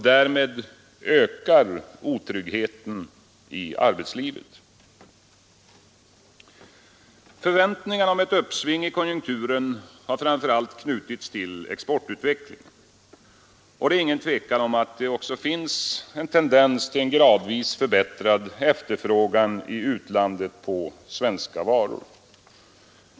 Därmed ökar otryggheten i arbetslivet. Förväntningarna om ett uppsving i konjunkturen har framför allt knutits till exportutvecklingen. Otvivelaktigt finns det också en tendens till en gradvis förbättrad efterfrågan i utlandet på svenska varor.